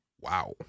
wow